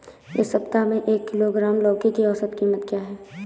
इस सप्ताह में एक किलोग्राम लौकी की औसत कीमत क्या है?